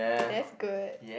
that's good